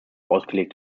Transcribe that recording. ausgelegt